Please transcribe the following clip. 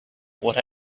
water